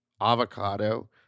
avocado